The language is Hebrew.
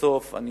לבסוף אני